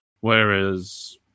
whereas